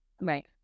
right